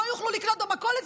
לא יוכלו לקנות במכולת,